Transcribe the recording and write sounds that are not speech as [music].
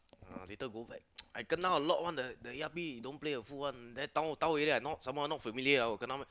uh later go back [noise] I kena a lot [one] the the E_R_P don't play a fool one then town town area I not some more not familiar ah I will kena